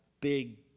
big